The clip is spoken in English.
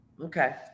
Okay